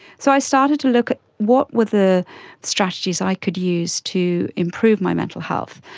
so i started to look at what were the strategies i could use to improve my mental health,